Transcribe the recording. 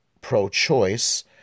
pro-choice